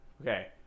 Okay